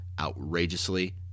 outrageously